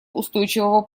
устойчивого